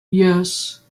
yes